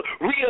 real